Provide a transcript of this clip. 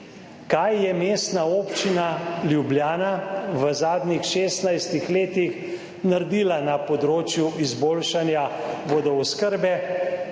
kaj je Mestna občina Ljubljana v zadnjih 16. letih naredila na področju izboljšanja vodooskrbe,